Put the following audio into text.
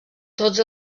tots